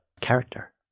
character